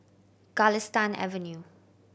Galistan Avenue